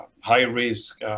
high-risk